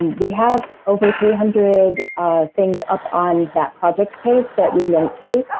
we have over three hundred things up on that project page that we linked to.